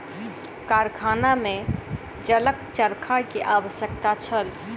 कारखाना में जलक चरखा के आवश्यकता छल